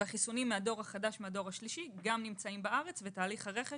והחיסונים מהדור החדש דור 3 גם נמצאים בארץ ותהליך הרכש